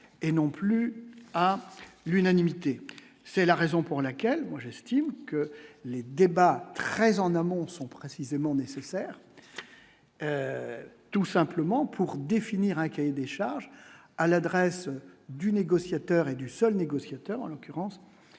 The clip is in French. et non plus à l'unanimité, c'est la raison pour laquelle, moi j'estime que. Les débats très en amont sont précisément nécessaire, tout simplement pour définir un cahier des charges à l'adresse du négociateur et du seul négoce. Auteur en l'occurrence